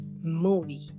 movie